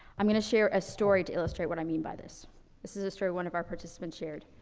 i'm gonna share a story to illustrate what i mean by this. this is a story one of our participants shared.